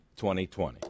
2020